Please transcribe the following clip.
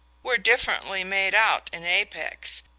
we're differently made out in apex.